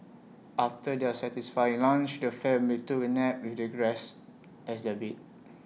after their satisfying lunch the family took A nap with the grass as their bed